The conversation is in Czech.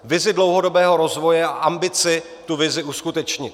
Vizi dlouhodobého rozvoje a ambici tu vizi uskutečnit.